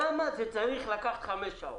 למה זה צריך לקחת חמש שעות?